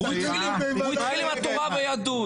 הוא התחיל עם התורה והיהדות.